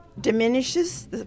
diminishes